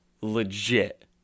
legit